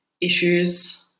issues